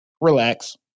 relax